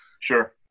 Sure